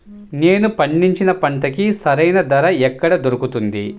నేను పండించిన పంటకి సరైన ధర ఎక్కడ దొరుకుతుంది?